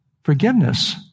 forgiveness